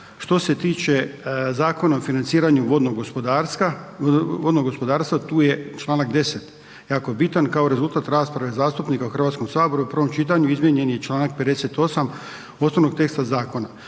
Što se tiče Zakona o financiranju vodnog gospodarstva, tu je čl. 10. jako bitan kao rezultat rasprave zastupnika u HS u prvom čitanju izmijenjen je čl. 58. osnovnog teksta zakona.